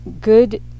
good